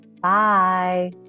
Bye